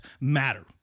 matter